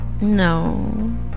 No